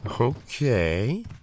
Okay